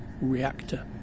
reactor